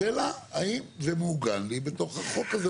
השאלה אם זה מעוגן בתוך החוק הזה?